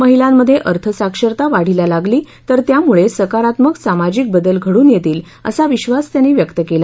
महिलांमध्ये अर्थ साक्षरता वाढीला लागली तर त्यामुळे सकारात्मक सामाजिक बदल घडून येतील असा विक्वास त्यांनी व्यक्त केला